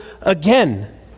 again